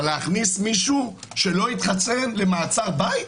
אבל להכניס מישהו שלא התחסן למעצר בית?